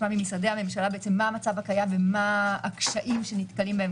ממשרדי הממשלה מה המצב הקיים ומה הקשיים שנתקלים בהם